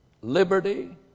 liberty